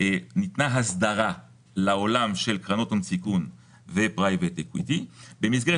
ניתנה הסדרה לעולם של קרנות הון-סיכון ו- private equityבמסגרת